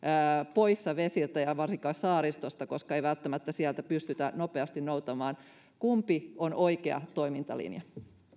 poissa vesiltä ja varsinkin saaristosta koska ei välttämättä sieltä pystytä nopeasti noutamaan kumpi on oikea toimintalinja